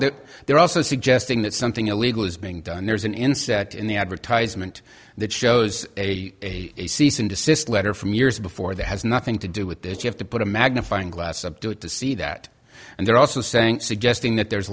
that they're also suggesting that something illegal is being done there's an inset in the advertisement that shows a cease and desist letter from years before that has nothing to do with this you have to put a magnifying glass up to it to see that and they're also saying suggesting that there's